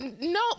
no